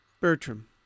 Bertram